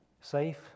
safe